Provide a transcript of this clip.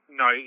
no